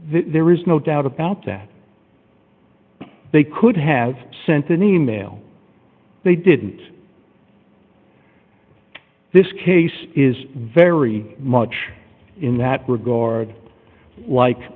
there is no doubt about that they could have sent an email they didn't this case is very much in that regard like